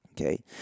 Okay